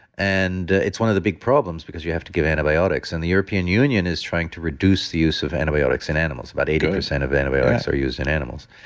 and it's one of the big problems because you have to antibiotics. and the european union is trying to reduce the use of antibiotics in animals. about eighty percent of antibiotics are used in animals.